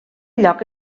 lloc